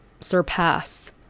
surpass